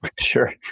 Sure